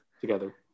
together